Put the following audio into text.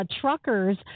truckers